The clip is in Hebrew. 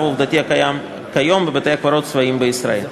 העובדתי הקיים כיום בבתי-הקברות הצבאיים בישראל.